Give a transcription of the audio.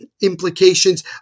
implications